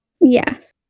Yes